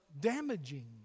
damaging